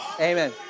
Amen